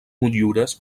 motllures